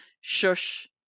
shush